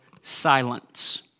silence